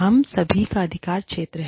हम सभी का अधिकार क्षेत्र है